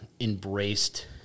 embraced